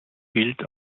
gilt